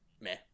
Meh